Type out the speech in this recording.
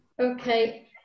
Okay